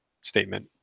statement